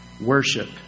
Worship